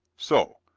so,